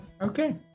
okay